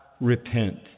repent